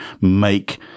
make